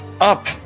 up